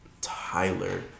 Tyler